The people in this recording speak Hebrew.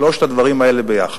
שלושת הדברים האלה ביחד.